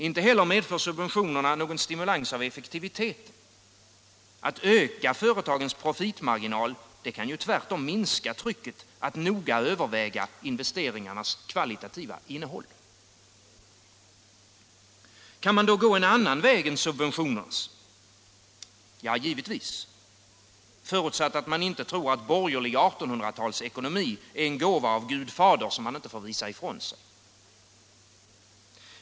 Inte heller medför subventionerna någon stimulans av effektiviteten. Att öka företagens profitmarginal kan tvärtom minska trycket att noga överväga investeringarnas kvalitativa innehåll. Kan man då gå en annan väg än subventionernas? Ja, givetvis — förutsatt att man inte tror att borgerlig 1800-talsekonomi är en gåva av Gud fader som man inte får visa ifrån sig.